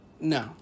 No